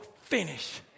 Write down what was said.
finish